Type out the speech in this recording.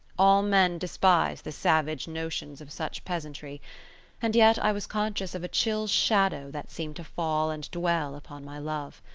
all men despise the savage notions of such peasantry and yet i was conscious of a chill shadow that seemed to fall and dwell upon my love.